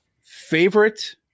favorite